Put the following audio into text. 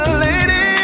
lady